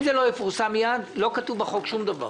אם זה לא יפורסם מיד, לא כתוב בחוק שום דבר.